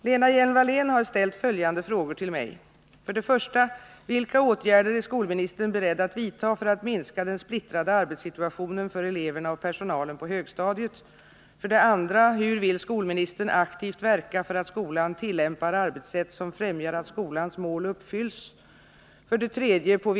Herr talman! Lena Hjelm-Wallén har ställt följande frågor till mig: 2. Hur vill skolministern aktivt verka för att skolan tillämpar arbetssätt som främjar att skolans mål uppfylls?